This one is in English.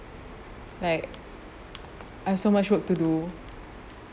like I have so much work to do